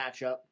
matchup